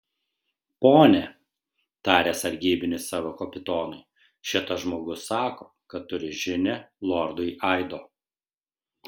pone tarė sargybinis savo kapitonui šitas žmogus sako kad turi žinią lordui aido